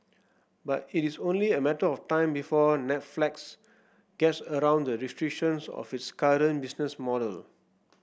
but it is only a matter of time before Netflix gets around the restrictions of its current business model